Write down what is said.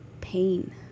pain